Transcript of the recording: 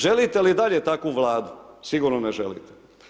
Želite li i dalje takvu Vladu, sigurno ne želite.